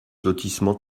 lotissement